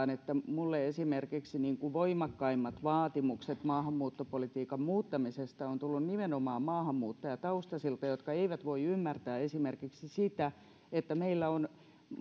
minulle esimerkiksi voimakkaimmat vaatimukset maahanmuuttopolitiikan muuttamisesta ovat tulleet nimenomaan maahanmuuttajataustaisilta jotka eivät voi ymmärtää esimerkiksi sitä että meillä on